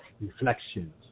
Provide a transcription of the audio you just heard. reflections